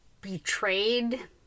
betrayed